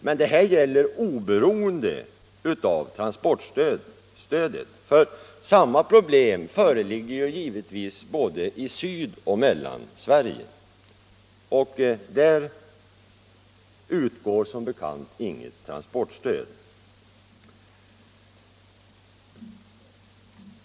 Men detta gäller oberoende av transportstödet, för samma problem föreligger givetvis både i Sydoch Mellansverige. Där utgår som bekant inget transportstöd.